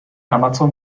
amazon